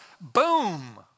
boom